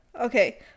okay